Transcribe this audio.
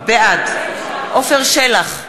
בעד עפר שלח,